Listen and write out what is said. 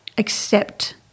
accept